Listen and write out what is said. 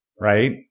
right